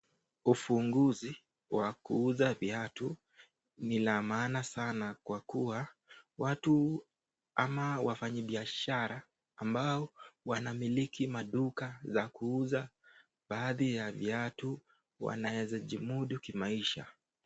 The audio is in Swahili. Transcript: Ufunguzi wa kuuza viatu ni la maana sana kwa kuwa watu, ama wafanya biashara ambao Wanamiliki maduka za kuuza baadhi ya viatu wanaweza jimudu kimaisha.